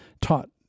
taught